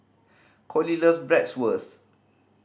Coley loves Bratwurst